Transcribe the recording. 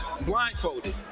blindfolded